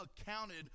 accounted